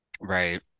Right